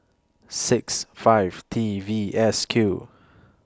six five T V S Q